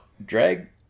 drag